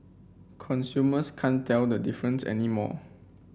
consumers can't tell the difference anymore